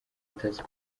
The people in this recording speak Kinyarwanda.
atazi